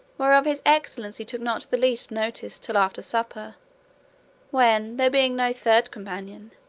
whereof his excellency took not the least notice till after supper when, there being no third companion,